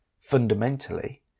Fundamentally